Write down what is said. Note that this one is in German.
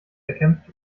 erkämpft